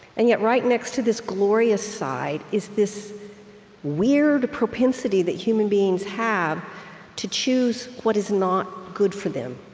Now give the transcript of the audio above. and yet, right next to this glorious side is this weird propensity that human beings have to choose what is not good for them,